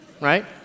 Right